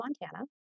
Montana